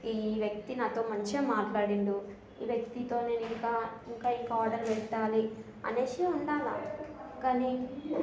ఈ వ్యక్తి నాతో మంచిగా మాట్లాడాడు ఈ వ్యక్తితో నేను ఇంకా ఇంకా ఇంకా ఆర్డర్ పెట్టాలి అనేసి ఉండాలా కానీ